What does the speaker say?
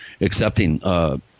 accepting